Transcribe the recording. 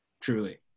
truly